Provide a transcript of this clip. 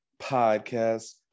Podcast